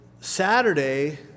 Saturday